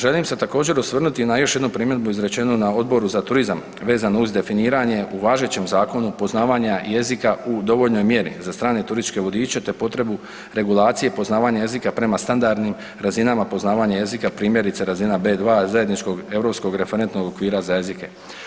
Želim se također, osvrnuti na još jednu primjedbu rečenu na Odboru za turizam vezano uz definiranje, u važećem zakonu, poznavanja jezika u dovoljnoj mjeri za strane turističke vodiče te potrebu regulacije poznavanja jezika prema standardnim razinama, poznavanje jezika primjerice, razine B2 zajedničkog Europskog referentnog okvira za jezike.